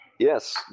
Yes